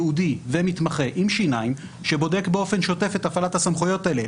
ייעודי ומתמחה עם שיניים שבודק באופן שותף את הפעלת הסמכויות האלה,